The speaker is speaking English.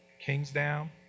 Kingsdown